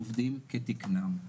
עובדים כתקנם.